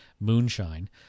moonshine